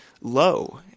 low